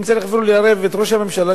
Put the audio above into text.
אם צריך אפילו לערב את ראש הממשלה,